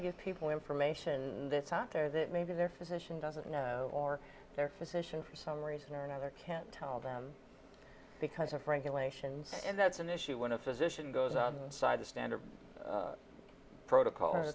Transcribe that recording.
to give people information that's out there that maybe their physician doesn't know or their physician for some reason or another can't tell them because of regulations and that's an issue when a physician goes out side the standard protocol